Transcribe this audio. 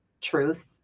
truth